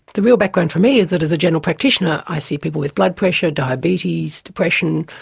the real background for me is that as a general practitioner i see people with blood pressure, diabetes, depression,